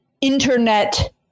internet